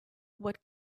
what